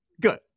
Good